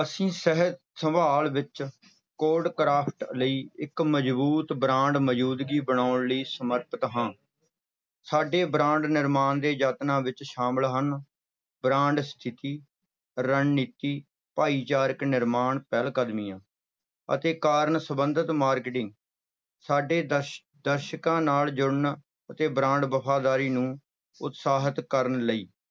ਅਸੀਂ ਸਿਹਤ ਸੰਭਾਲ ਵਿੱਚ ਕੋਡਕ੍ਰਾਫਟ ਲਈ ਇੱਕ ਮਜ਼ਬੂਤ ਬ੍ਰਾਂਡ ਮੌਜੂਦਗੀ ਬਣਾਉਣ ਲਈ ਸਮਰਪਿਤ ਹਾਂ ਸਾਡੇ ਬ੍ਰਾਂਡ ਨਿਰਮਾਣ ਦੇ ਯਤਨਾਂ ਵਿੱਚ ਸ਼ਾਮਲ ਹਨ ਬ੍ਰਾਂਡ ਸਥਿਤੀ ਰਣਨੀਤੀ ਭਾਈਚਾਰਕ ਨਿਰਮਾਣ ਪਹਿਲਕਦਮੀਆਂ ਅਤੇ ਕਾਰਨ ਸੰਬੰਧਿਤ ਮਾਰਕੀਟਿੰਗ ਸਾਡੇ ਦਰਸ਼ ਦਰਸ਼ਕਾਂ ਨਾਲ ਜੁੜਨ ਅਤੇ ਬ੍ਰਾਂਡ ਵਫ਼ਾਦਾਰੀ ਨੂੰ ਉਤਸ਼ਾਹਿਤ ਕਰਨ ਲਈ